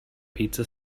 pizza